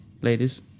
ladies